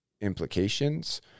implications